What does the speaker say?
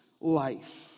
life